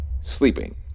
sleeping